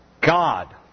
God